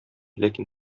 ләкин